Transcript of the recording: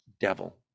devil